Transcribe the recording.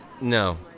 No